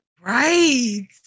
Right